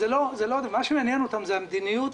מה שמעניין אותם זה המדיניות,